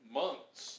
months